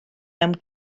mewn